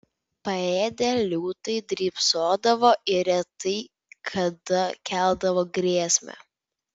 paėdę liūtai drybsodavo ir retai kada keldavo grėsmę